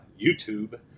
YouTube